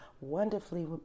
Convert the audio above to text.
wonderfully